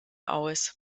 aus